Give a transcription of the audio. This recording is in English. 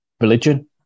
religion